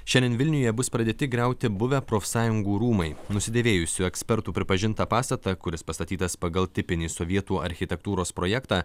šiandien vilniuje bus pradėti griauti buvę profsąjungų rūmai nusidėvėjusiu ekspertų pripažintą pastatą kuris pastatytas pagal tipinį sovietų architektūros projektą